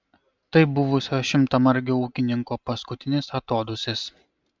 tai buvusio šimtamargio ūkininko paskutinis atodūsis